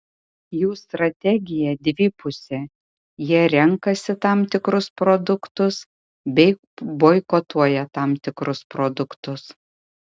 jų strategija dvipusė jie renkasi tam tikrus produktus bei boikotuoja tam tikrus produktus